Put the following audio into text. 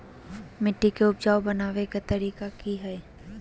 मिट्टी के उपजाऊ बनबे के तरिका की हेय?